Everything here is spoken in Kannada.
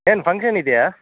ಏನು ಫಂಕ್ಷನ್ ಇದೆಯಾ